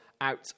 out